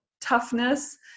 toughness